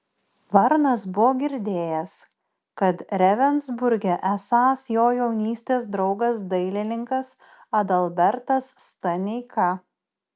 varnas buvo girdėjęs kad ravensburge esąs jo jaunystės draugas dailininkas adalbertas staneika